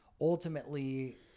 ultimately